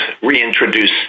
reintroduce